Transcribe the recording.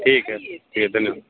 ठीक है ठीक है धन्यवाद